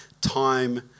time